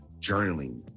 Journaling